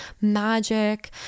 magic